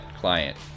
client